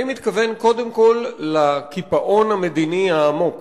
אני מתכוון קודם כול לקיפאון המדיני העמוק